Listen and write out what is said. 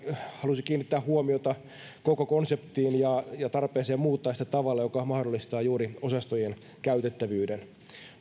halusi kiinnittää laajasti huomiota koko konseptiin ja ja tarpeeseen muuttaa sitä tavalla joka mahdollistaa juuri osastojen käytettävyyden